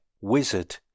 wizard